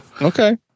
okay